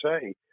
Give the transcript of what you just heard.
say